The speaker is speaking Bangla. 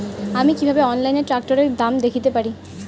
আমি কিভাবে অনলাইনে ট্রাক্টরের দাম দেখতে পারি?